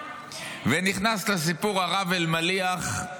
ונכנס לסיפור הרב אלמליח,